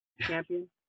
Champion